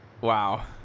Wow